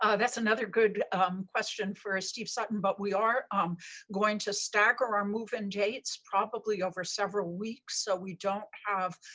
that's another good um question for ah steve sutton, but we are um going to stagger our move-in dates probably over several weeks so we don't have